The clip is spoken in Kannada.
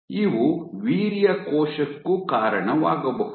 ಇವು ವೀರ್ಯ ಕೋಶಕ್ಕೂ ಕಾರಣವಾಗಬಹುದು